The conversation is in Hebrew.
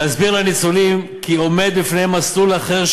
להסביר לניצולים כי עומד בפניהם מסלול אחר,